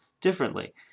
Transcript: differently